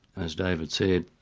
as david said,